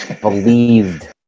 believed